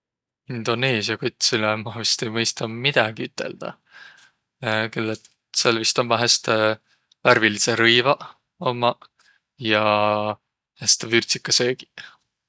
Indoneesiä kotsilõ ma vaest ei mõistaq midägi üteldäq. Küll et sääl vaest ommaq häste värvilidseq rõivaq ommaq ja häste vürdsikaq söögiq.